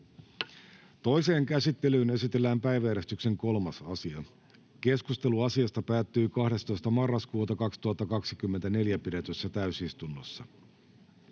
Toiseen käsittelyyn esitellään päiväjärjestyksen 3. asia. Keskustelu asiasta päättyi 12.11.2024 pidetyssä täysistunnossa.